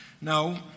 No